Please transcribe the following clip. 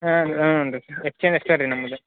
ಹಾಂ ಹ್ಞೂ ರೀ ಎಕ್ಸ್ಚೇಂಜ್ ಅಷ್ಟೇ ರೀ ನಮ್ದು